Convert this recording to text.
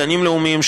גנים לאומיים,